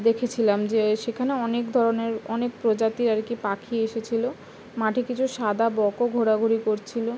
দেখেছিলাম যে সেখানে অনেক ধরনের অনেক প্রজাতির আর কি পাখি এসেছিলো মাঠে কিছু সাদা বক ও ঘোরাঘুরি করছিলো